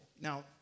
Now